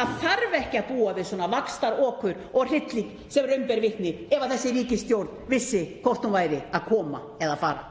Það þyrfti ekki að búa við svona vaxtaokur og hrylling sem raun ber vitni ef þessi ríkisstjórn vissi hvort hún væri að koma eða fara.